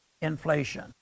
inflation